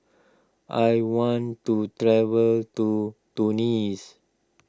I want to travel to Tunis